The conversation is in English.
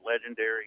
legendary